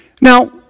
Now